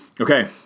Okay